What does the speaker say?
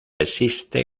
existe